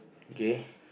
K